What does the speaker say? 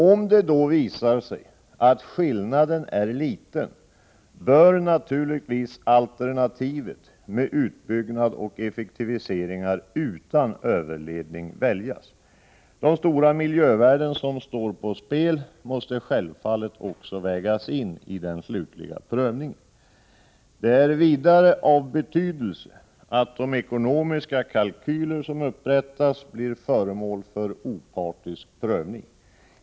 Om det då visar sig att skillnaden är liten bör naturligtvis alternativet med utbyggnad och effektiviseringar utan överledning väljas. De stora miljövärden som står på spel måste självfallet också vägas ini den slutliga prövningen. Det är vidare av betydelse att de ekonomiska kalkyler som upprättas blir föremål för opartisk prövning.